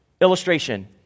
Illustration